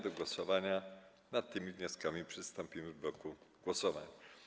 Do głosowania nad tymi wnioskami przystąpimy w bloku głosowań.